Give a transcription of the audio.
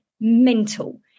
mental